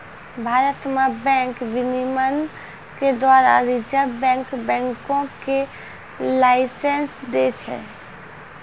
भारत मे बैंक विनियमन के द्वारा रिजर्व बैंक बैंको के लाइसेंस दै छै